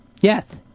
Yes